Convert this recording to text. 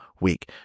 week